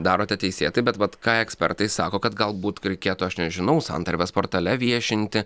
darote teisėtai bet vat ką ekspertai sako kad galbūt reikėtų aš nežinau santarvės portale viešinti